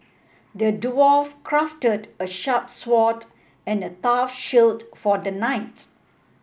the dwarf crafted a sharp sword and a tough shield for the knight